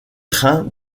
trains